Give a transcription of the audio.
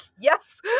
yes